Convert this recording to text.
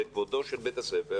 זה כבודו של בית הספר,